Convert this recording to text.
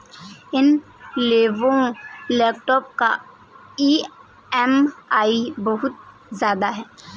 इस Lenovo laptop का EMI बहुत ज्यादा है